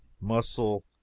muscle